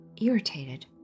irritated